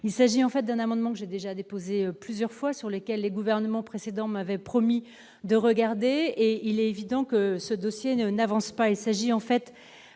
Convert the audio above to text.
il s'agit en fait d'un amendement que j'ai déjà déposé plusieurs fois sur lesquelles les gouvernements précédents m'avait promis de regarder et il est évident. Donc, ce dossier ne n'avance pas, il s'agit en fait